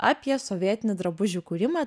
apie sovietinį drabužių kūrimą